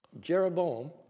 Jeroboam